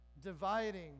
Dividing